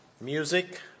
music